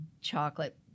chocolate